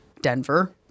Denver